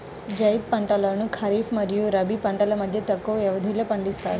జైద్ పంటలను ఖరీఫ్ మరియు రబీ పంటల మధ్య తక్కువ వ్యవధిలో పండిస్తారు